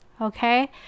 okay